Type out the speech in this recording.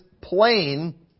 plain